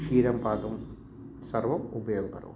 क्षीरं पातुं सर्वम् उपयोगं करोमि